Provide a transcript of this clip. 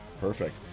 Perfect